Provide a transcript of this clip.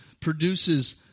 produces